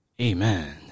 Amen